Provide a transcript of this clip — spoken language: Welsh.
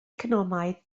economaidd